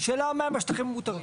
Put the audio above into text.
שאלה מהם השטחים המותרים?